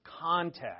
context